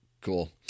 Cool